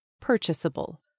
purchasable